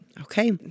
Okay